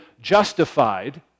justified